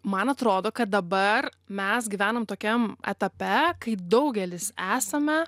man atrodo kad dabar mes gyvename tokiam etape kai daugelis esame